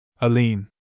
Aline